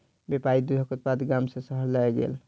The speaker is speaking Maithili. व्यापारी दूधक उत्पाद गाम सॅ शहर लय गेल